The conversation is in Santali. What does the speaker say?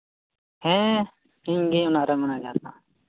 ᱦᱮᱸ ᱤᱧᱜᱮ ᱚᱱᱟᱨᱮ ᱢᱮᱱᱮᱡᱟᱨ ᱫᱚ